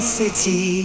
city